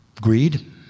greed